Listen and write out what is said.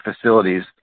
facilities